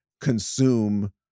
consume